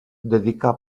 dedicà